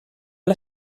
una